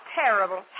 terrible